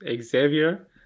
Xavier